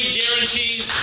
guarantees